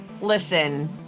listen